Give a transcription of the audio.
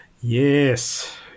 Yes